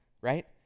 right